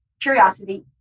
curiosity